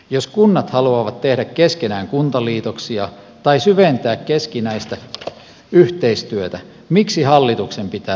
jos kunnat haluavat tehdä keskenään kuntaliitoksia tai syventää keskinäistä yhteistyötä miksi hallituksen pitää rajoittaa niitä